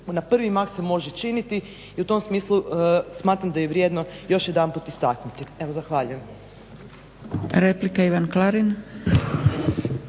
na prvi mah se može činiti. I u tom smislu smatram da je vrijedno još jedanput istaknuti. Evo zahvaljujem.